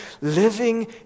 living